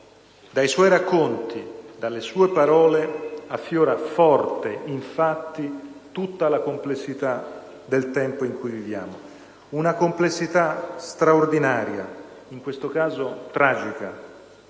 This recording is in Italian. Dai suoi racconti, dalle sue parole affiora forte, infatti, tutta la complessità del tempo in cui viviamo; una complessità straordinaria, in questo caso tragica,